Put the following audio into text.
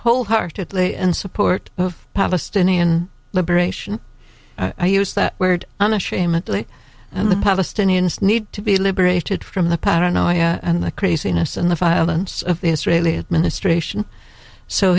wholeheartedly in support of palestinian liberation i use that word unashamedly and the palestinians need to be liberated from the pattern now and the craziness and the violence of the israeli administration